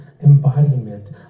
embodiment